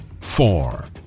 four